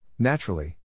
Naturally